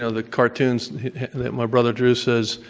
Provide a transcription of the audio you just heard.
you know the cartoons that my brother drew says,